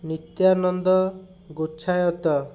Nityananda Gochhayat